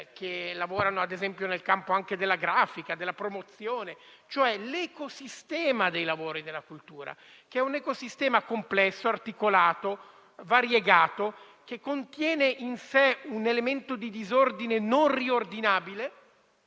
che lavorano, ad esempio, nel campo della grafica o della promozione. Mi riferisco cioè all'ecosistema dei lavori della cultura, che è un ecosistema complesso, articolato, variegato e che contiene in sé un elemento di disordine non riordinabile.